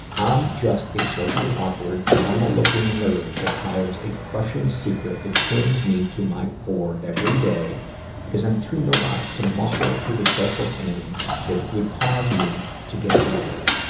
i'm just a socially awkward, normal-looking nerd that hides a crushing secret that shames me to my core every day because i'm too neurotic to muscle through the social pain that it would cause me to get laid.